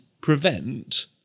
prevent